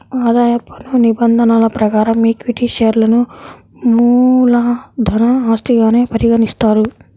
ఆదాయ పన్ను నిబంధనల ప్రకారం ఈక్విటీ షేర్లను మూలధన ఆస్తిగానే పరిగణిస్తారు